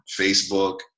Facebook